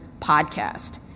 podcast